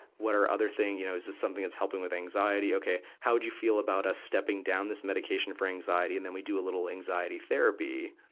what are other thing, you know, is this something that's helping with anxiety? okay. how would you feel about us stepping down this medication for anxiety, and then we do a little anxiety therapy,